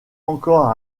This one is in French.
encore